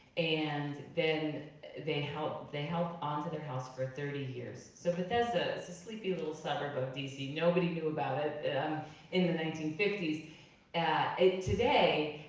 and then they held they held onto their house for thirty years. so bethesda, it's a sleepy little suburb of dc, nobody knew about it in the nineteen fifty s. and today